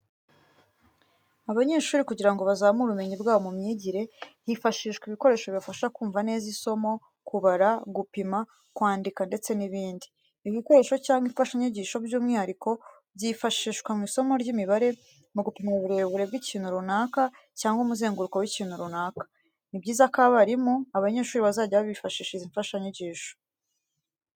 Abanyeshuri kugira ngo bazamure ubumenyi bwabo mu myigire, hifashishwa ibikoresho bibafasha kumva neza isomo, kubara, gupima, kwandika ndetse n'ibindi. Ibi bikoresho cyangwa imfashanyigisho by'umwihariko byifashishwa mu isomo ry'imibare mu gupima uburebure bw'ikintu runaka cyangwa umuzenguruko w'ikintu runaka. Ni byiza ko abarimu, abanyeshuri bazajya bifashisha izi mfashanyigisho.